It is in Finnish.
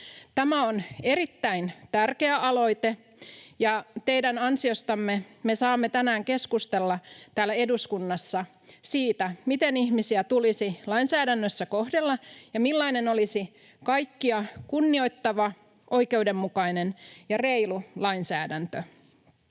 Tämä on erittäin tärkeä aloite, ja teidän ansiostanne me saamme tänään keskustella täällä eduskunnassa siitä, miten ihmisiä tulisi lainsäädännössä kohdella ja millainen olisi kaikkia kunnioittava, oikeudenmukainen ja reilu lainsäädäntö.